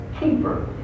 keeper